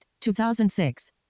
2006